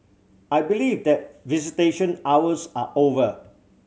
I believe that visitation hours are over